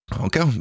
Okay